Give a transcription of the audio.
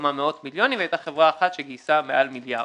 כמה מאות מיליונים והיתה חברה אחת שגייסה מעל מיליארד.